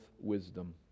wisdom